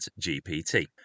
GPT